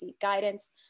guidance